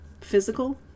physical